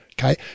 okay